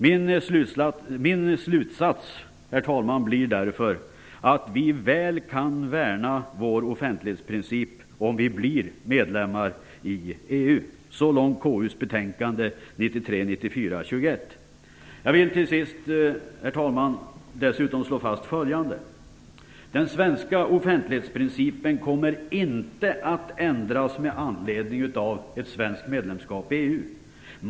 Min slutsats, herr talman, blir därför att vi väl kan värna vår offentlighetsprincip om vi blir medlemmar i EU. Så långt går man i KU:s betänkande 1993/94:21. Herr talman! Jag vill till sist dessutom slå fast följande: För det första kommer den svenska offentlighetsprincipen inte att ändras med anledning av ett svenskt medlemskap i EU.